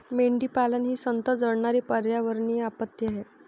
मेंढीपालन ही संथ जळणारी पर्यावरणीय आपत्ती आहे